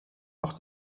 auch